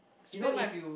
spend my